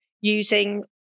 using